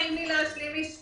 אתם לא נותנים לי להשלים משפט.